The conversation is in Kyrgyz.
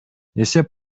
эсеп